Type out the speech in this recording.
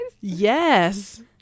Yes